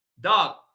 Dog